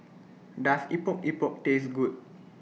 Does Epok Epok Taste Good